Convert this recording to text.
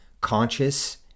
conscious